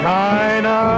China